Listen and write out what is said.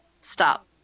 stop